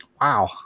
Wow